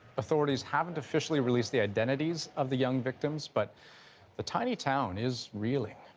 authorities haven't officially released the identities of the young victims but the tiny town is reeling.